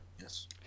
yes